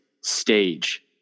stage